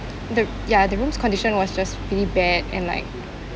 th~ ya the room's condition was just really bad and like